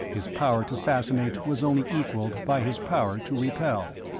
his power to fascinate was only equalled by his power to repel.